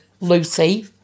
Lucy